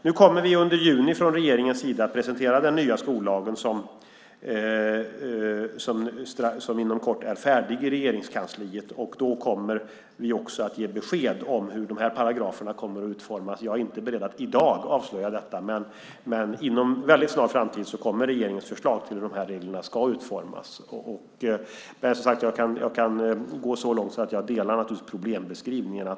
Nu kommer vi under juni från regeringens sida att presentera den nya skollagen som inom kort är färdig i Regeringskansliet, och då kommer vi också att ge besked om hur de här paragraferna kommer att utformas. Jag är inte beredd att i dag avslöja detta. Men inom en mycket snar framtid kommer regeringens förslag till hur de här reglerna ska utformas. Jag kan gå så långt att jag säger att jag naturligtvis delar problembeskrivningen.